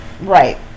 right